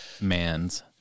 man's